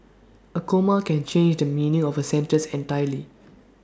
A comma can change the meaning of A sentence entirely